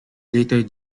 later